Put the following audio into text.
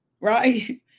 right